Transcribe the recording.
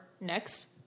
next